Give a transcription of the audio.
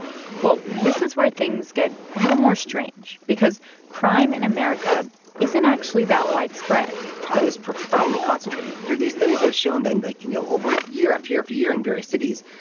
well, this is where things get a little more strange because crime in america isn't actually that widespread crime is profoundly concentrated. there are these studies that have shown that, and like you know, over year after year after year in various cities,